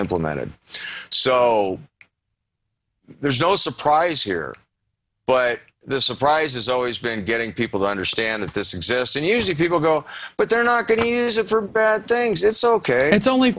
implemented so there's no surprise here but the surprise is always been getting people to understand that this exists and use it people go but they're not going to use it for bad things it's ok it's only